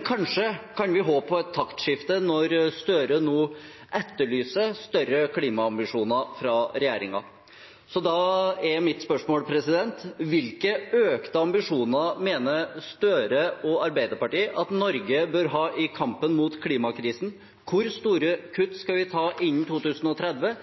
kanskje kan vi håpe på et taktskifte når Gahr Støre nå etterlyser større klimaambisjoner fra regjeringen. Så da er mitt spørsmål: Hvilke økte ambisjoner mener Gahr Støre og Arbeiderpartiet at Norge bør ha i kampen mot klimakrisen? Hvor store kutt skal vi ta innen 2030?